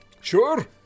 sure